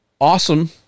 awesome